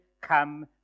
come